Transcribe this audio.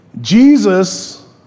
Jesus